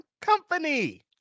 company